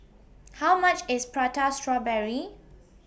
How much IS Prata Strawberry